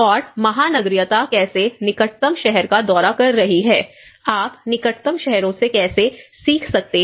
और महानगरीयता कैसे निकटतम शहर का दौरा कर रही है आप निकटतम शहरों से कैसे सीखते हैं